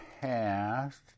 past